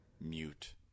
mute